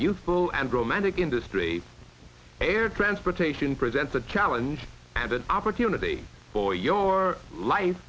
useful and romantic industry air transportation presents a challenge and an opportunity for your life